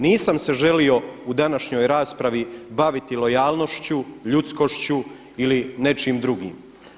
Nisam se želio u današnjoj raspravi baviti lojalnošću, ljudskošću ili nečim drugim.